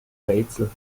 rätsel